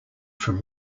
from